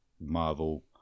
Marvel